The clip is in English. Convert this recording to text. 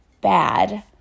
bad